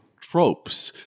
tropes